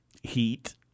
Heat